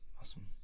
Awesome